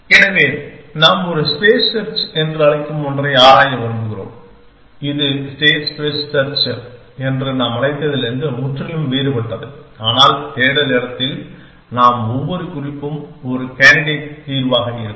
எனவே நாம் ஒரு ஸ்பேஸ் செர்ச் என்று அழைக்கும் ஒன்றை ஆராய விரும்புகிறோம் இது ஸ்டேட் ஸ்பேஸ் செர்ச் என்று நாம் அழைத்ததிலிருந்து முற்றிலும் வேறுபட்டது ஆனால் தேடல் இடத்தில் நாம் ஒவ்வொரு குறிப்பும் ஒரு கேண்டிடேட் தீர்வாக இருக்கும்